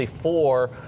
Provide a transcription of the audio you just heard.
four